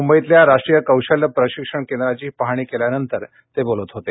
मुंबईतल्या राष्ट्रव्रिकोशल्य प्रशिक्षण केंद्राच पाहण केल्यानंतर ते बोलत होते